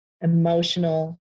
emotional